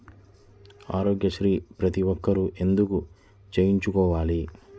ఆరోగ్యశ్రీ ప్రతి ఒక్కరూ ఎందుకు చేయించుకోవాలి?